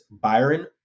Byron